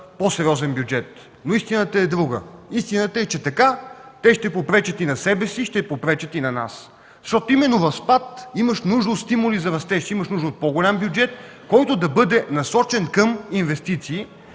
по-сериозен бюджет. Но истината е друга, истината е, че те така ще попречат и на себе си, ще попречат и на нас. В спад имаш нужда от стимули за растеж, имаш нужда от по-голям бюджет, който да бъде насочен към инвестиции.